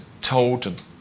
told